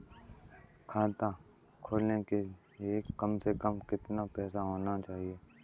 खाता खोलने के लिए कम से कम कितना पैसा होना चाहिए?